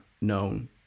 known